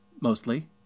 Mostly